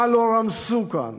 מה לא רמסו כאן